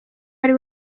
ari